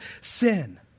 sin